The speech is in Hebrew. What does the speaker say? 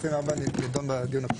סעיף 24 נידון בדיון הקודם.